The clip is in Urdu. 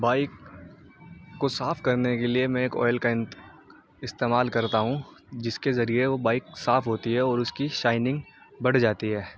بائک کو صاف کرنے کے لیے میں ایک آئل کا استعمال کرتا ہوں جس کے ذریعے وہ بائک صاف ہوتی ہے اور اس کی شائننگ بڑھ جاتی ہے